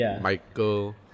Michael